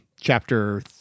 chapter